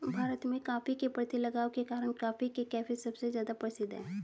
भारत में, कॉफ़ी के प्रति लगाव के कारण, कॉफी के कैफ़े सबसे ज्यादा प्रसिद्ध है